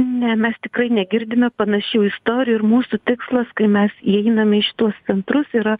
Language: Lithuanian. ne mes tikrai negirdime panašių istorijų ir mūsų tikslas kai mes įeiname į šituos centrus yra